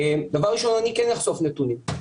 דבר ראשון, אני כן אחשוף נתונים.